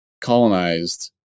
colonized